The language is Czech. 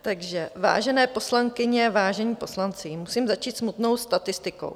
Takže vážené poslankyně, vážení poslanci, musím začít smutnou statistikou.